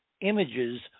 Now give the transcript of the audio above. images